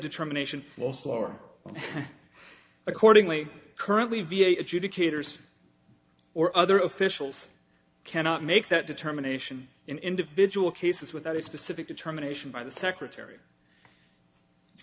determination well slower accordingly currently v a adjudicators or other officials cannot make that determination in individual cases without a specific determination by the secretary it's